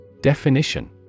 Definition